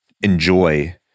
enjoy